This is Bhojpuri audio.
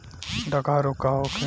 डकहा रोग का होखे?